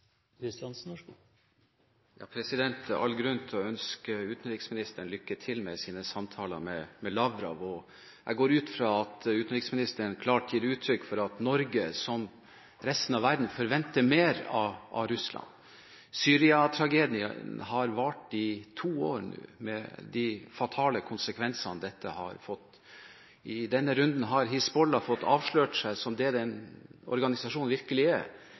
jeg går ut fra at utenriksministeren klart gir uttrykk for at Norge, som resten av verden, forventer mer av Russland. Syria-tragedien har vart i to år nå, med de fatale konsekvensene dette har fått. I denne runden har Hizbollah avslørt seg som det den organisasjonen virkelig er,